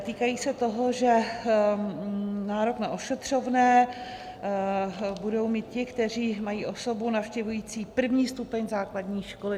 Týkají se toho, že nárok na ošetřovné budou mít ti, kteří mají osobu navštěvující první stupeň základní školy.